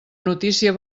notícia